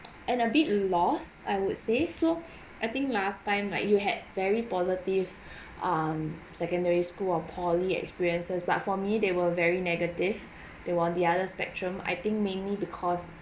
and a bit lost I would say so I think last time like you had very positive um secondary school or poly experiences but for me they were very negative they on the other spectrum I think mainly because